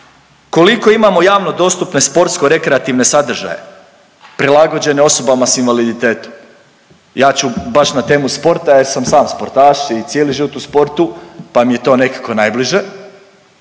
Koliko imamo javno dostupne sportsko-rekreativne sadržaje prilagođene osobama sa invaliditetom? Ja ću baš na temu sporta jer sam sam sportaš i cijeli život u sportu pa mi je to nekako najbliže.